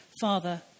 Father